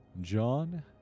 john